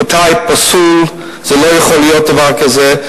רבותי, זה פסול, לא יכול להיות דבר כזה.